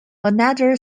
another